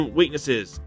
weaknesses